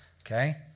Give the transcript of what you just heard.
Okay